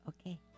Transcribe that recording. Okay